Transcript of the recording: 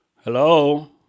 Hello